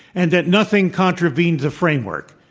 and that nothing contravened the framework.